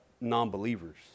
non-believers